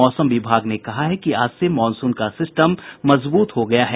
मौसम विभाग ने कहा है कि आज से मॉनसून का सिस्टम मजबूत हो गया है